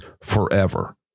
forever